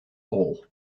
all